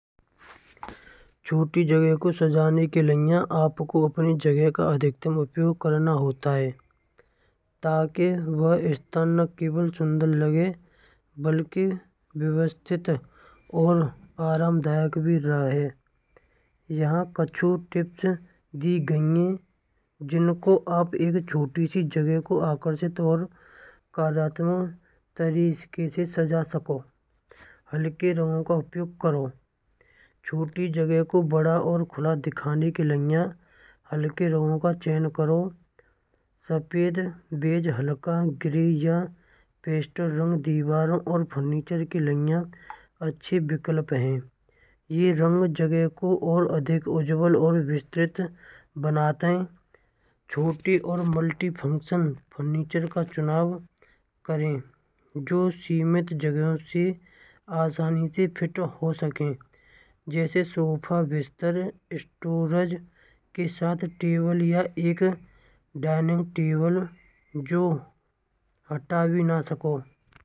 छोटी जगह को सजाने के लिए आपको अपनी जगह का अधिकतम उपयोग करना होता ताकि वह स्थान न केवल सुंदर लगे बल्कि व्यवस्थित और आरामदायक भी रहे। यहाँ कुछ टिप्स दी गई हैं जिनको आप एक छोटी सी जगह को आकर्षित और कलात्मक तरीके से सजा सको। हलके रंगों का उपयोग करो छोटी जगह को बड़ा और खुला दिखने के लिए हलके रंगों का चयन करो सफ़ेद, बेज, हल्का ग्रे या पेस्टल रंग दीवारों और फर्नीचर के लिए अच्छे विकल्प हैं। यह रंग जगह को और अधिक उज्ज्वल और विस्तृत बनाते हैं। छोटी और मल्टी फंक्शन फर्नीचर का चुनाव करें जो सीमित जगह से आसानी से फिट हो सके जैसे सोफा बिस्तर स्टोरेज के साथ केवल या एक डाइनिंग टेबल जो हट भी न सको।